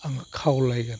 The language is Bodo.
आं खावलायगोन